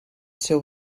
seu